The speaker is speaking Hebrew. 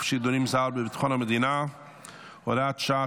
שידורים זר בביטחון המדינה (הוראת שעה,